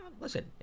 Listen